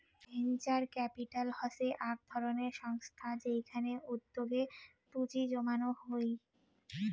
venture capital হসে আক ধরণের সংস্থা যেইখানে উদ্যোগে পুঁজি জমানো হই